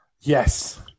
Yes